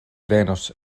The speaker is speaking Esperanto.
venos